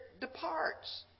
departs